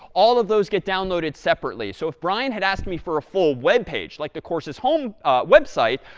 all of those get downloaded separately. so if brian had asked me for a full web page, like the course's home website,